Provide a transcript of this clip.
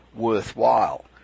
worthwhile